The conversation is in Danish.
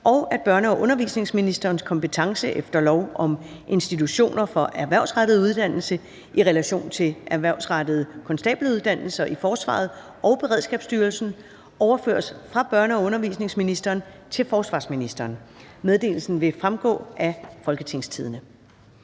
og at børne- og undervisningsministerens kompetence efter lov om institutioner for erhvervsrettet uddannelse i relation til erhvervsrettede konstabeluddannelser i Forsvaret og Beredskabsstyrelsen overføres fra børne- og undervisningsministeren til forsvarsministeren. Meddelelserne vil fremgå af www.folketingstidende.dk